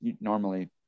normally